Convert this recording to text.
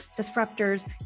disruptors